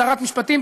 שרת משפטים,